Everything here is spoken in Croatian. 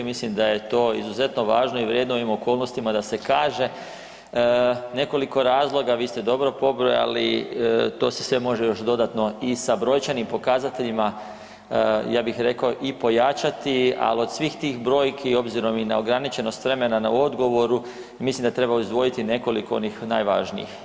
Mislim da je to izuzetno važno i vrijedno u ovim okolnostima da se kaže nekoliko razloga vi ste dobro pobrojali, to se sve može još dodatno i sa brojčanim pokazateljima ja bih rekao i pojačati, al od svih tih brojki obzirom i na ograničenost vremena u odgovoru mislim da treba izdvojiti nekoliko onih najvažnijih.